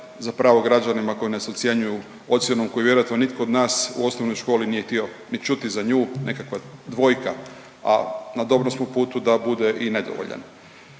za pravo građanima koji nas ocjenjuju ocjenom koju vjerojatno nitko od nas u osnovnoj školi nije htio ni čuti za nju, nekakva dvojka, a na dobrom smo putu da bude i nedovoljan.